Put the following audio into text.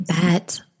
bet